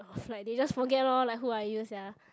like they just forget loh like who are you sia